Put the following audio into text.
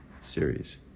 series